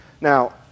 Now